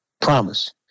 promise